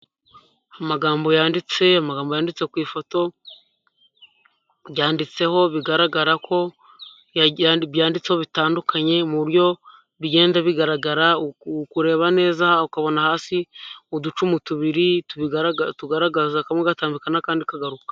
Amagambo yanditse amagambo yanditse ku ifoto byanditseho bigaragara ko ibyanditseho bitandukanye mu buryo bigenda bigaragara kureba neza ukabona hasi uducumu tubiri tugaragaza kamwe gatambika n'akandi kagaruka.